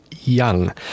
Young